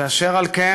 ואשר על כן,